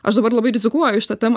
aš dabar labai rizikuoju šitą temą